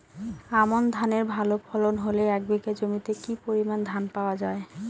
আমন ধানের ভালো ফলন হলে এক বিঘা জমিতে কি পরিমান ধান পাওয়া যায়?